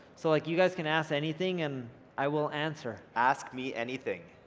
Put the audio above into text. so like you guys can ask anything and i will answer. ask me anything.